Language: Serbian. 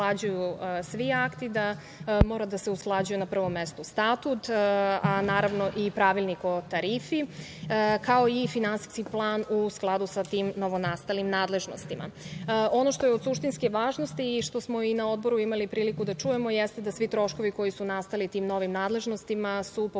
da se usklađuju svi akti, da mora da se usklađuje na prvom mestu statut i pravilnik o tarifi, kao i finansijski plan, u skladu sa tim novonastalim nadležnostima. Ono što je od suštinske važnosti i što smo i na Odboru imali priliku da čujemo jeste da svi troškovi koji su nastali tim novim nadležnostima su pokriveni